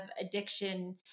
addiction